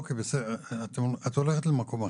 את הולכת למקום אחר.